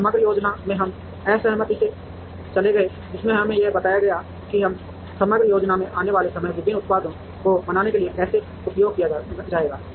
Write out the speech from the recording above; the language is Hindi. और समग्र योजना से हम असहमति में चले गए जिसने हमें यह बताया कि एक समग्र योजना से आने वाला समय विभिन्न उत्पादों को बनाने के लिए कैसे उपयोग किया जाएगा